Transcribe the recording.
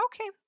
Okay